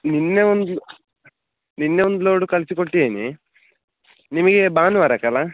ನಿನ್ನೆ ಒಂದು ನಿನ್ನೆ ಒಂದು ಲೋಡು ಕಳಿಸಿ ಕೊಟ್ಟೀನಿ ನಿಮಗೆ ಭಾನುವಾರಕ್ಕೆ ಅಲ್ಲಾ